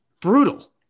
brutal